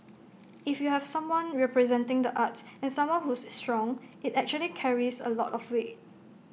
if you have someone representing the arts and someone who's strong IT actually carries A lot of weight